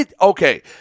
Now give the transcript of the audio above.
Okay